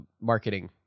marketing